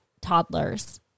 toddlers